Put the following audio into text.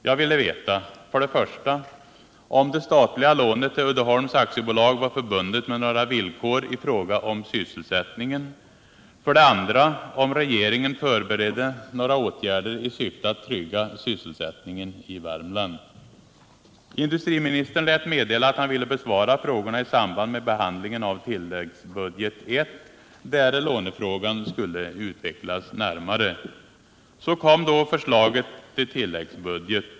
Jag ville veta: Industriministern lät meddela att han ville besvara frågorna i samband med behandlingen av tilläggsbudget I, där lånefrågan skulle utvecklas närmare. Så kom då förslaget till tilläggsbudget.